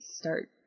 start